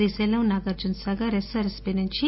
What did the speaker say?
Srisailam Nagarjunasagar SRSP నుంచి